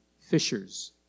fishers